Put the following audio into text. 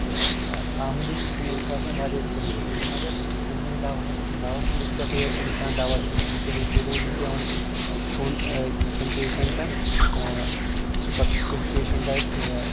آمدٔنہِ سٲنۍ چھِ آسان واریاہ کٔلیٖل تہٕ مَگر ییٚلہِ ووٚنۍ دوہَس دوہ پھلِس پٮ۪ٹھٕے آسہِ اِنسان دوہ چھُ اِنتِہٲیی ضروٗری پیون کھیٚوٚن یِتھیٚن پیشنٹن سُہ پَتہٕ کِیُتھ پیشنٹ آسہِ